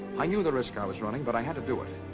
i knew the risk i was running, but i had to do it.